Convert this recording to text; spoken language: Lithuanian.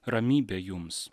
ramybė jums